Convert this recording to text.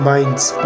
Minds